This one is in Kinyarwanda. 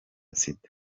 sida